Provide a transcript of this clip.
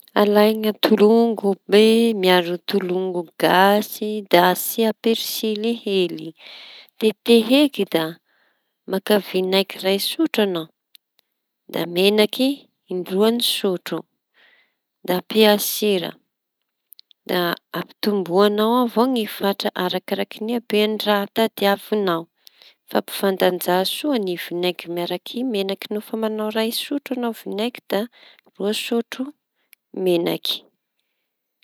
Halaina tolongo be miaro tolongo gasy da asia persily hely tetehy eky da maka vinegry ray sotro añao da menaky in-droan'ny sotro da ampia sira da ampitombo añao avao i fatra araky habeny raha tadiavinao fa ampifandaja soa vinegry miaraky menaky nofa mañao ray sotro añao vinegry da roa sotro ny menaky.